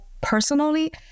personally